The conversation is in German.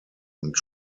und